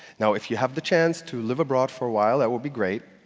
now if you have the chance to live abroad for a while, that will be great.